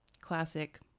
classic